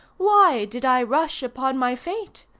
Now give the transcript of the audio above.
why did i rush upon my fate?